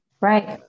Right